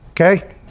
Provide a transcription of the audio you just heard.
okay